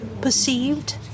perceived